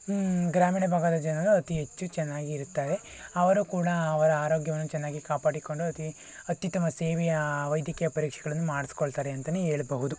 ಗ್ರಾಮೀಣ ಭಾಗದ ಜನರು ಅತೀ ಹೆಚ್ಚು ಚೆನ್ನಾಗಿರುತ್ತಾರೆ ಅವರು ಕೂಡ ಅವರ ಆರೋಗ್ಯವನ್ನು ಚೆನ್ನಾಗಿ ಕಾಪಾಡಿಕೊಂಡು ಅತಿ ಅತ್ಯುತ್ತಮ ಸೇವೆಯ ವೈದ್ಯಕೀಯ ಪರೀಕ್ಷೆಗಳನ್ನು ಮಾಡಿಸ್ಕೊಳ್ತಾರೆ ಅಂತಲೇ ಹೇಳ್ಬಹುದು